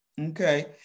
Okay